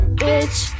bitch